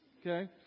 okay